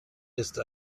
ist